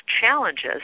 challenges